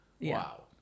Wow